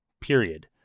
period